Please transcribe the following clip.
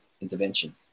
intervention